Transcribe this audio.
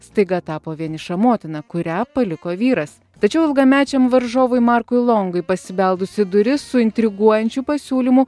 staiga tapo vieniša motina kurią paliko vyras tačiau ilgamečiam varžovui markui longui pasibeldus į duris su intriguojančiu pasiūlymu